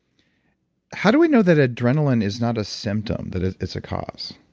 how do we know that adrenaline is not a symptom, that it's it's a cause?